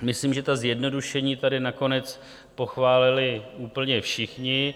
Myslím, že ta zjednodušení tady nakonec pochválili úplně všichni.